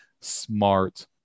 smart